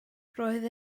roedd